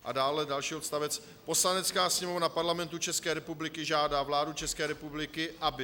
A další odstavec: Poslanecká sněmovna Parlamentu České republiky žádá vládu České republiky, aby